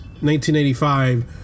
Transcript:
1985